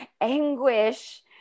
anguish